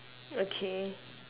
okay